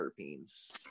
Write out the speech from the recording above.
terpenes